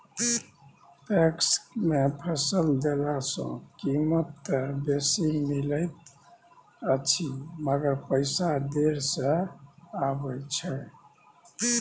PACS मे फसल देला सॅ कीमत त बेसी मिलैत अछि मगर पैसा देर से आबय छै